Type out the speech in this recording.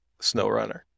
SnowRunner